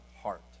heart